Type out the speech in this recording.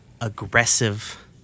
aggressive